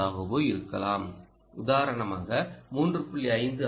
5 ஆகவோ இருக்கலாம் உதாரணமாக 3